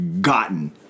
gotten